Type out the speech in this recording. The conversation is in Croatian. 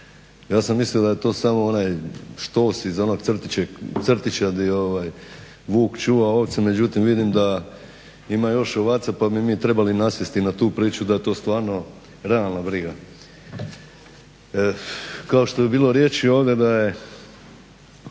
Ja sam mislio da je to samo onaj štos iz onog crtića di vuk čuva ovce, međutim vidim da ima još ovaca pa bi mi trebali nasjesti na tu priču da je to stvarno realna briga. Kao što je bilo riječi ovdje da je